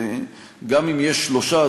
גם אם יש שלושה,